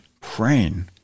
praying